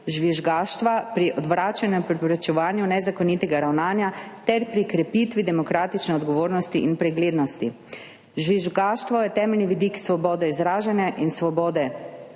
žvižgaštva pri odvračanju in preprečevanju nezakonitega ravnanja ter pri krepitvi demokratične odgovornosti in preglednosti. Žvižgaštvo je temeljni vidik svobode izražanja in svobode